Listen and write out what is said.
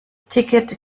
ticket